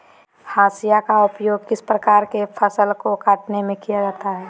हाशिया का उपयोग किस प्रकार के फसल को कटने में किया जाता है?